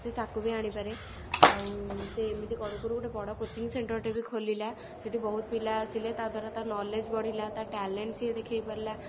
ସେ ତାକୁ ବି ଆଣିପାରେ ଆଉ ସେ ଏମିତି କରୁକରୁ ଗୋଟେ ବଡ଼ କୋଚିଂ ସେଣ୍ଟର୍ଟେ ବି ଖୋଲିଲା ସେଇଠି ବହୁତ ପିଲା ଆସିଲେ ତା ଦ୍ୱାରା ତା ନଲେଜ୍ ବଢ଼ିଲା ତା ଟ୍ୟାଲେଣ୍ଟ୍ ସିଏ ଦେଖେଇପାରିଲା